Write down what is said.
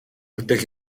бүтээх